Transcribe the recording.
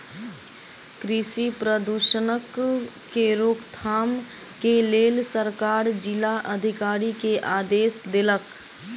कृषि प्रदूषणक के रोकथाम के लेल सरकार जिला अधिकारी के आदेश देलक